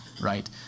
right